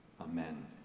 Amen